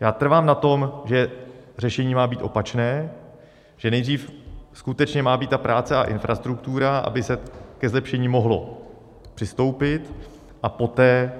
Já trvám na tom, že řešení má být opačné, že nejdřív skutečně má být ta práce a infrastruktura, aby se ke zlepšení mohlo přistoupit, a poté